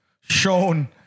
shown